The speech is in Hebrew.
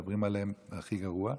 מדברים עליהם הכי גרוע.